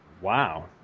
Wow